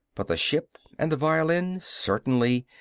but the ship and the violin certainly,